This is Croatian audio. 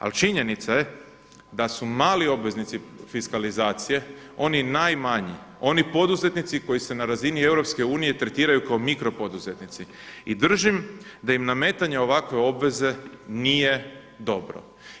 Ali činjenica je da su mali obveznici fiskalizacije, oni najmanji, oni poduzetnici koji se na razini Europske unije tretiraju kao mikropoduzetnici i držim da im nametanja ovakve obveze nije dobro.